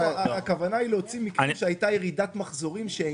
הכוונה היא להוציא מקרים שהייתה ירידת מחזורים שאינה קשורה.